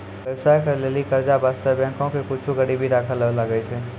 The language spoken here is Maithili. व्यवसाय करै लेली कर्जा बासतें बैंको के कुछु गरीबी राखै ले लागै छै